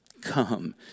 come